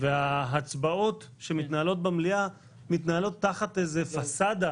וההצבעות שמתנהלות במליאה מתנהלות תחת פסדה